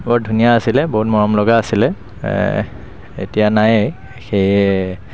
বৰ ধুনীয়া আছিলে বহুত মৰমলগা আছিলে এতিয়া নাই সেয়ে